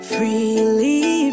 Freely